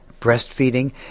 breastfeeding